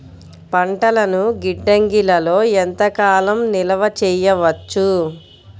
పంటలను గిడ్డంగిలలో ఎంత కాలం నిలవ చెయ్యవచ్చు?